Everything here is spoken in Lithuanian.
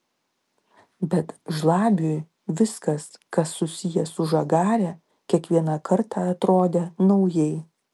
bet žlabiui viskas kas susiję su žagare kiekvieną kartą atrodė naujai